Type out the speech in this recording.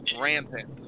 rampant